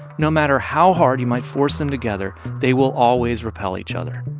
no matter how hard you might force them together, they will always repel each other.